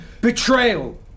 betrayal